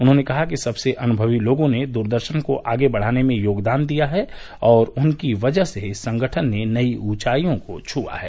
उन्होंने कहा कि सबसे अनुमवी लोगों ने दूरदर्शन को आगे बढ़ाने में योगदान दिया है और उनकी वजह से इस संगठन ने नई ऊंचाइयों को छूआ है